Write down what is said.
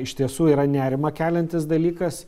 iš tiesų yra nerimą keliantis dalykas